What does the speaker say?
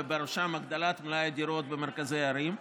ובראשם הגדלת מלאי הדירות במרכזי ערים,